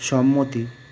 সম্মতি